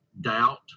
doubt